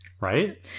right